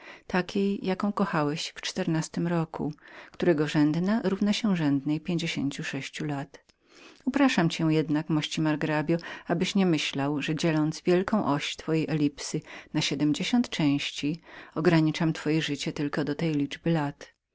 takiej jaką kochałeś w roku którego wykładnik równa się wykładnikowi upraszam cię jednak mości margrabio abyś nie myślał że dzieląc wielką oś twojej elipsy na siedmdziesiąt części ograniczam twoje życie tylko do tej liczby lat